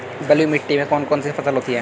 बलुई मिट्टी में कौन कौन सी फसल होती हैं?